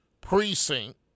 Precinct